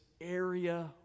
area